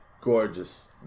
gorgeous